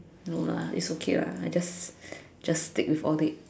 no lah it's okay lah I just just stick with audit